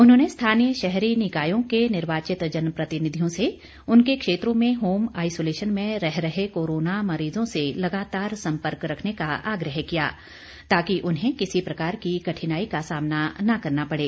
उन्होंने स्थानीय शहरी निकायों के निर्वाचित जन प्रतिनिधियों से उनके क्षेत्रों में होम आईसोलेशन में रह रहे कोरोना मरीजों से लगातार संपर्क रखने का आग्रह किया ताकि उन्हें किसी प्रकार की कठिनाई का सामना न करना पड़े